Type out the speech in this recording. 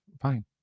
Fine